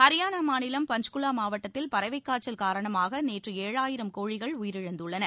ஹரியானா மாநிலம் பஞ்ச்குலா மாவட்டத்தில் பறவை காய்ச்சல் காரணமாக நேற்று ஏழாயிரம் கோழிகள் உயிரிழந்துள்ளன